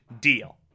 deal